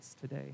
today